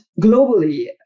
Globally